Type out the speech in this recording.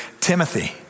Timothy